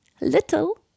Little